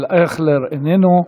ישראל אייכלר, איננו.